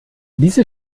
diese